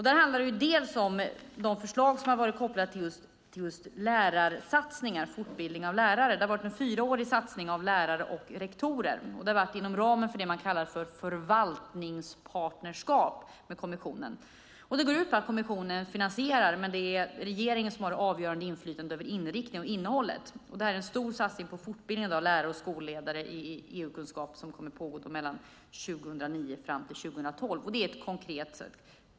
Det handlar bland annat om de förslag som har varit kopplade till fortbildning av lärare. Det pågår en fyraårig satsning på lärare och rektorer inom ramen för förvaltningspartnerskap med kommissionen. Det är kommissionen som finansierar, men regeringen har det avgörande inflytandet över inriktning och innehåll. Denna stora satsning på fortbildning av lärare och skolledare i EU-kunskap pågår 2009-2012.